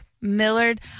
Millard